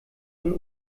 von